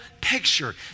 picture